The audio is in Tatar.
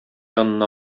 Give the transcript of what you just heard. янына